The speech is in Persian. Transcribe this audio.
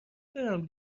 دارم